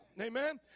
Amen